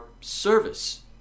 service